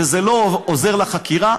וזה לא עוזר לחקירה,